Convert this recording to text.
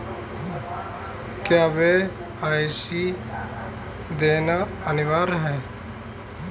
क्या के.वाई.सी देना अनिवार्य है?